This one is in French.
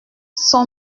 son